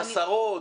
עשרות?